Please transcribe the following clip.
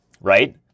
Right